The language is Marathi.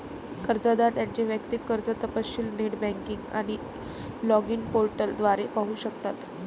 कर्जदार त्यांचे वैयक्तिक कर्ज तपशील नेट बँकिंग आणि लॉगिन पोर्टल द्वारे पाहू शकतात